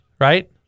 right